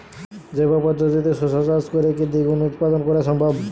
জৈব পদ্ধতিতে শশা চাষ করে কি দ্বিগুণ উৎপাদন করা সম্ভব?